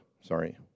sorry